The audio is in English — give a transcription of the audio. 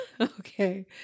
Okay